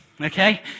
Okay